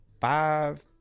five